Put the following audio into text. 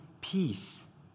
peace